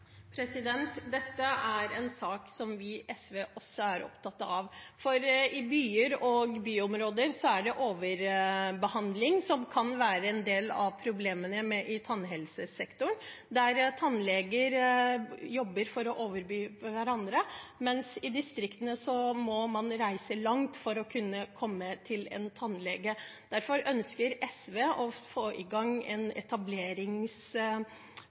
Dette er en sak som vi i SV også er opptatt av. I byer og byområder kan overbehandling være en del av problemene i tannhelsesektoren, der tannleger jobber for å overby hverandre, mens i distriktene må man reise langt for å kunne komme til tannlege. Derfor ønsker SV å få